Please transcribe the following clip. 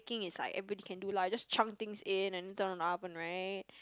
thinking is like everybody can do lah you just chunk things in and then turn on the oven right